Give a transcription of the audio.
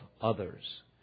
others